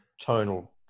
tonal